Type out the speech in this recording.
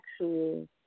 actual